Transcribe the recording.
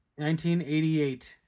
1988